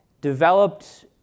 developed